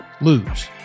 lose